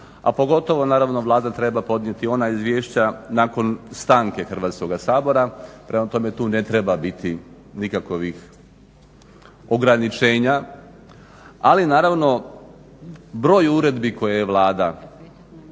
a pogotovo naravno Vlada treba podnijeti ona izvješća nakon stanke Hrvatskoga sabora. Prema tome tu ne treba biti nikakovih ograničenja ali naravno broj uredbi koje je Vlada